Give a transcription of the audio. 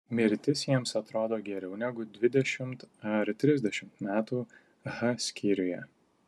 mirtis jiems atrodo geriau negu dvidešimt ar trisdešimt metų h skyriuje